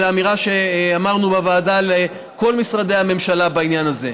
זו אמירה שאמרנו בוועדה לכל משרדי המשלה בעניין הזה: